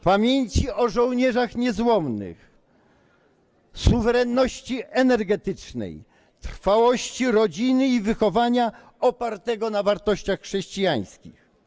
pamięci o żołnierzach niezłomnych, suwerenności energetycznej, trwałości rodziny i wychowania opartego na wartościach chrześcijańskich.